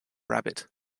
rabbit